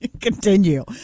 Continue